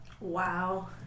Wow